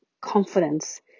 confidence